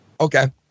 Okay